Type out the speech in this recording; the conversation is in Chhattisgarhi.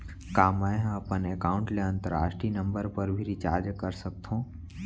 का मै ह अपन एकाउंट ले अंतरराष्ट्रीय नंबर पर भी रिचार्ज कर सकथो